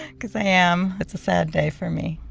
because i am. it's a sad day for me.